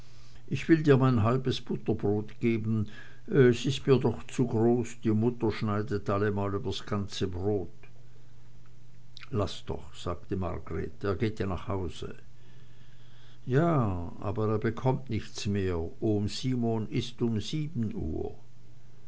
ich will dir mein halbes butterbrod geben es ist mir doch zu groß die mutter schneidet allemal übers ganze brod laß doch sagte margreth er geht ja nach hause ja aber er bekommt nichts mehr ohm simon ißt um sieben uhr